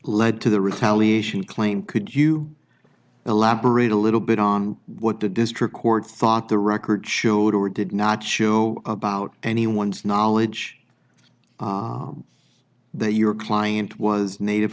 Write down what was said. led to the retaliation claim could you elaborate a little bit on what the district court thought the record showed or did not show about anyone's knowledge they your client was native